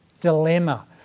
dilemma